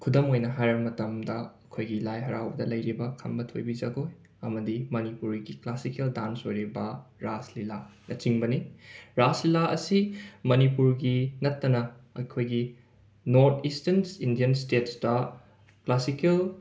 ꯈꯨꯗꯝ ꯑꯣꯏꯅ ꯍꯥꯏꯔꯕ ꯃꯇꯝꯗ ꯑꯩꯈꯣꯏꯒꯤ ꯂꯥꯏ ꯍꯔꯥꯎꯕꯗ ꯂꯩꯔꯤꯕ ꯈꯝꯕ ꯊꯣꯏꯕꯤ ꯖꯒꯣꯏ ꯑꯃꯗꯤ ꯃꯅꯤꯄꯨꯔꯤꯒꯤ ꯀ꯭ꯂꯥꯁꯤꯀꯦꯜ ꯗꯥꯟꯁ ꯑꯣꯏꯔꯤꯕ ꯔꯥꯁ ꯂꯤꯂꯥꯅꯆꯤꯡꯕꯅꯤ ꯔꯥꯁ ꯂꯤꯂꯥ ꯑꯁꯤ ꯃꯅꯤꯄꯨꯔꯒꯤ ꯅꯠꯇꯅ ꯑꯩꯈꯣꯏꯒꯤ ꯅꯣꯔꯠ ꯏꯁꯇꯔꯟꯁ ꯏꯟꯗꯤꯌꯟ ꯁ꯭ꯇꯦꯠꯁꯇ ꯀ꯭ꯂꯥꯁꯤꯀꯦꯜ